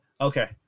okay